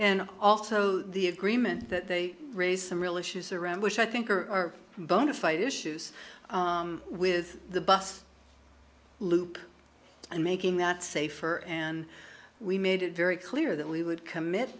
and also the agreement that they raise some real issues around which i think are bona fide issues with the bus loop and making that safer and we made it very clear that we would commit